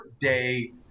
day